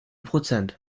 prozent